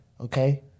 Okay